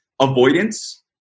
avoidance